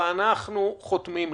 ואנחנו חותמים למטה.